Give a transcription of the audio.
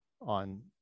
on